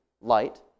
light